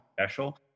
special